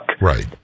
Right